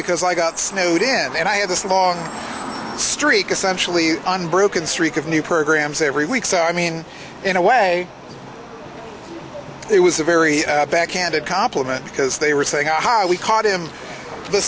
because i got snowed in and i had this long streak essentially unbroken streak of new programs every week so i mean in a way it was a very backhanded compliment because they were saying how we caught him